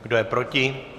Kdo je proti?